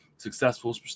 successful